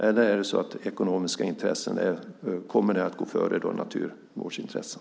Eller kommer ekonomiska intressen att gå före naturvårdsintressen?